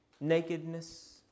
Nakedness